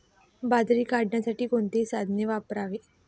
बाजरी काढण्यासाठी कोणते साधन वापरावे?